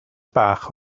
bach